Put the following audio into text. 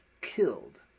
killed